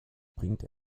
bringt